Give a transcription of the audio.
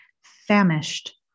famished